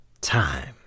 time